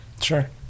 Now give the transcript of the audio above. Sure